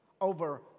over